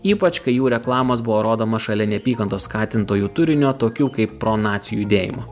ypač kai jų reklamos buvo rodomos šalia neapykantos skatintojų turinio tokių kaip pronacių judėjimo